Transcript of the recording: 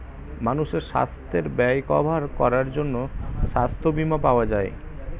মানুষের সাস্থের ব্যয় কভার করার জন্যে সাস্থ বীমা পাওয়া যায়